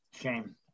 shame